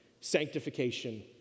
Sanctification